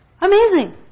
Amazing